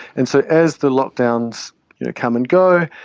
and so as the lockdowns come and go,